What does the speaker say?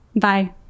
bye